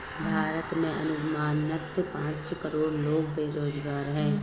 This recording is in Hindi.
भारत में अनुमानतः पांच करोड़ लोग बेरोज़गार है